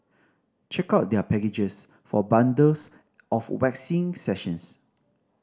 check out their packages for bundles of waxing sessions